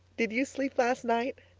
did you sleep last night?